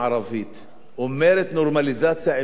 עם מדינת ישראל תמורת הקמת מדינה פלסטינית.